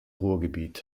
ruhrgebiet